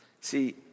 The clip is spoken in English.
See